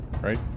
right